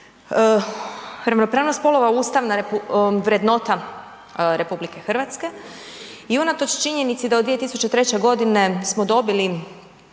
ravnopravnost spolova ustavna vrednota Republike Hrvatske i unatoč činjenici da od 2003. godine smo dobili